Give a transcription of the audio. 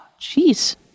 jeez